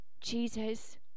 Jesus